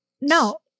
No